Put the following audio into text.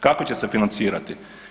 Kako će se financirati?